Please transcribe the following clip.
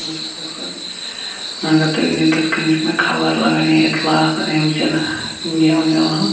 بہٕ چھُس اکثر اگر تُہۍ ؤنِو کِتھ کٔنۍ چھُ مےٚ خبر لَگان یا اطلاع آسان ایٚمِچَن گیمَن ویمَن ہُنٛد